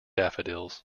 daffodils